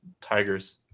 Tigers